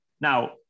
Now